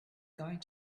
going